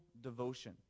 devotion